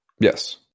Yes